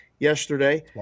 yesterday